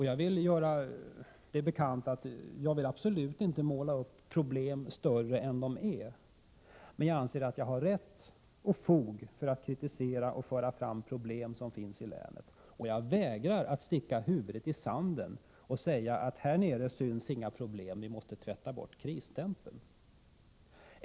Jag vill göra bekant att jag absolut inte vill måla upp problem större än de är, men jag anser att jag har rätt och fog för att kritisera och föra fram problem som finns i länet. Och jag vägrar att sticka huvudet i sanden och säga att här syns inga problem, vi måste tvätta bort krisstämpeln.